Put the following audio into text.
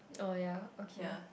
oh ya okay